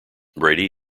brady